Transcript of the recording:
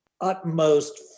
utmost